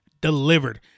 delivered